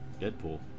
Deadpool